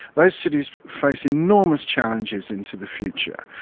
those cities face enormous challenges into the future,